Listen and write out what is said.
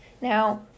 Now